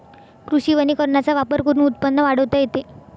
कृषी वनीकरणाचा वापर करून उत्पन्न वाढवता येते